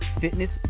fitness